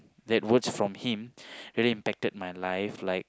that words from him really impacted my life like